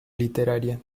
literaria